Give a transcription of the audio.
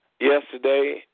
yesterday